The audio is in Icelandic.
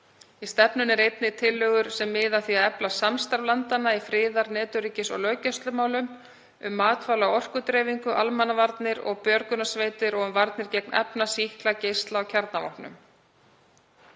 Í stefnunni eru einnig tillögur sem miða að því að efla samstarf landanna í friðar-, netöryggis- og löggæslumálum, um matvæla- og orkudreifingu, almannavarnir og björgunarsveitir og um varnir gegn efna-, sýkla-, geisla- og kjarnavopnum.